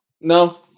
No